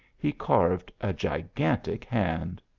he carved a gigantic hand.